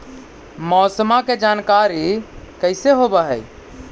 मौसमा के जानकारी कैसे होब है?